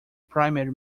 primary